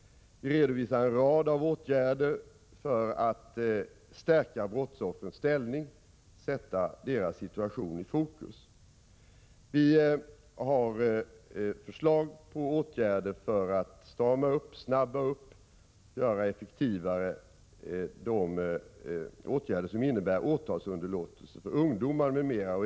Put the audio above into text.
Vi redovisar en rad åtgärder för att stärka brottsoffrens ställning och sätta deras situation i fokus. Vi har förslag till åtgärder för att strama upp och göra de åtgärder som innebär åtalsunderlåtelse för ungdomar m.m. snabbare och effektivare.